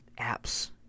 apps